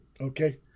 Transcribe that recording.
Okay